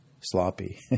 sloppy